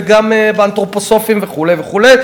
וגם באנתרופוסופיים וכו' וכו',